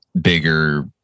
bigger